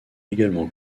également